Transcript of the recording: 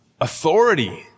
Authority